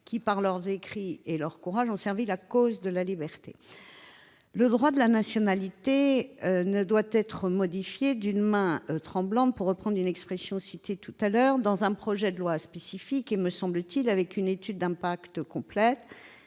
qui, « par leurs écrits et leur courage, ont servi la cause de la liberté ». Or le droit de la nationalité ne doit être modifié que d'une main tremblante- pour reprendre une expression déjà évoquée -, dans un projet de loi spécifique et avec une étude d'impact complète.